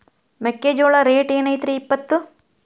ಮೆಕ್ಕಿಜೋಳ ರೇಟ್ ಏನ್ ಐತ್ರೇ ಇಪ್ಪತ್ತು?